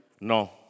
no